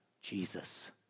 Jesus